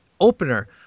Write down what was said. opener